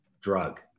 drug